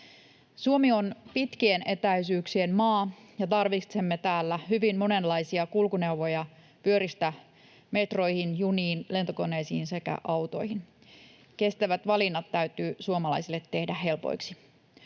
Suomi on pitkien etäisyyksien maa, ja tarvitsemme täällä hyvin monenlaisia kulkuneuvoja pyöristä metroihin, juniin, lentokoneisiin sekä autoihin. Kestävät valinnat täytyy suomalaisille tehdä helpoiksi.